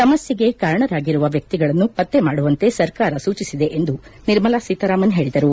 ಸಮಸ್ಥೆಗೆ ಕಾರಣರಾಗಿರುವ ವ್ಯಕ್ತಿಗಳನ್ನು ಪತ್ತೆ ಮಾಡುವಂತೆ ಸರ್ಕಾರ ಸೂಚಿಸಿದೆ ಎಂದು ನಿರ್ಮಲಾ ಸೀತಾರಾಮನ್ ಹೇಳಿದರು